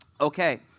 okay